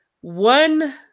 one